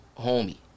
homie